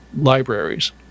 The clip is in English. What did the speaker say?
libraries